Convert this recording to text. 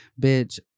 bitch